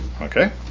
okay